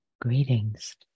Greetings